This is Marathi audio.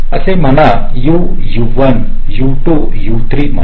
असे म्हणा u u1 u2 u3 म्हणा